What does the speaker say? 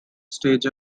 stage